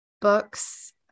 books